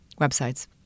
websites